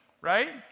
Right